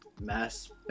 mass